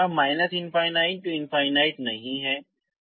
कोई सीमा ∞∞ नहीं है